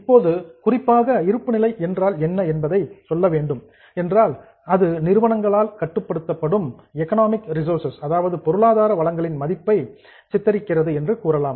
இப்போது குறிப்பாக இருப்புநிலை என்றால் என்ன என்பதை சொல்ல வேண்டும் என்றால் அது நிறுவனங்களால் கட்டுப்படுத்தப்படும் எக்கனாமிக் ரிசோர்சஸ் பொருளாதார வளங்களின் மதிப்பை போர்ட்ரேஸ் சித்தரிக்கிறது என்று கூறலாம்